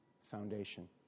foundation